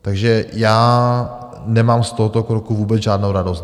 Takže já nemám z tohoto kroku vůbec žádnou radost.